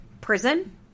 prison